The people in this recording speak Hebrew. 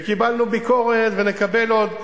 וקיבלנו ביקורת, ונקבל עוד.